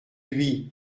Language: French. lui